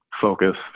focus